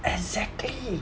exactly